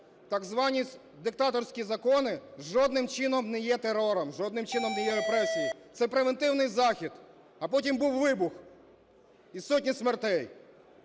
так звані диктаторські закони жодним чином не є терором, жодним чином не є репресією, – це превентивний захід. А потім був вибух і сотні смертей.